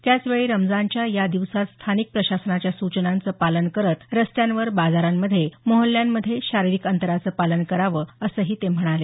त्याचवेळी रमजानच्या या दिवसांत स्थानिक प्रशासनाच्या सूचनांचं पालन करत रस्त्यांवर बाजारांमध्ये मोहल्ल्यांमध्ये शारीरिक अंतराचं पालन करावं असंही ते म्हणाले